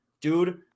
dude